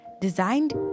Designed